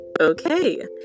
okay